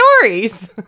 stories